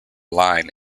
line